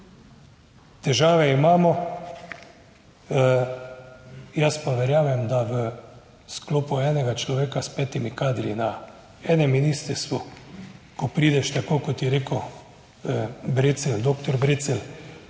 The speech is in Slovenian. Težave imamo, jaz pa verjamem, da v sklopu enega človeka s petimi kadri na enem ministrstvu, ko prideš, tako kot je rekel Brecelj,